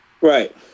Right